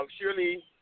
Surely